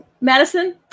Madison